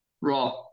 Raw